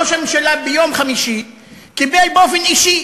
ראש הממשלה קיבל ביום חמישי באופן אישי